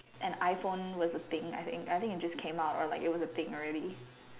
an iPhone was a thing I think I think it just came out or like it was a thing already